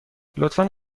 لطفا